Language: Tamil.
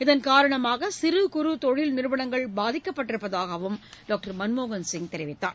இதன் காரணமாக சிறு குறு தொழில் நிறுவனங்கள் பாதிக்கப்பட்டிருப்பதாகவும் டாக்டர் மன்மோகன் சிங் தெரிவித்தார்